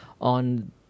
on